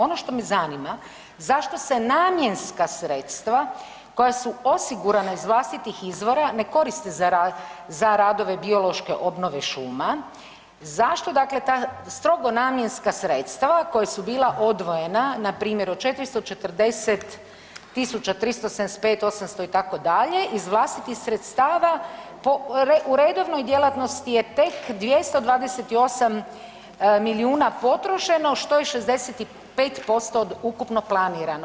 Ono što me zanima zašto se namjenska sredstva koja su osigurana iz vlastitih izvora ne koriste za radove biološke obnove šuma, zašto dakle ta strogo namjenska sredstva koja su bila odvojena npr. od 440 tisuća 375 osamsto itd., iz vlastitih sredstva po, u redovnoj djelatnosti je tek 228 milijuna potrošeno što je 65% od ukupno planirano.